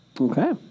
Okay